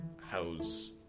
house